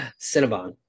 Cinnabon